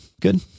good